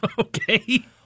Okay